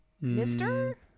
Mister